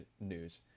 news